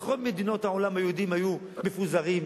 בכל מדינות העולם היהודים היו מפוזרים,